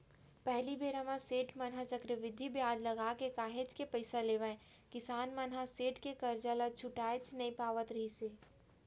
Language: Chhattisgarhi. पहिली बेरा म सेठ मन ह चक्रबृद्धि बियाज लगाके काहेच के पइसा लेवय किसान मन ह सेठ के करजा ल छुटाएच नइ पावत रिहिस हे